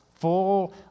Full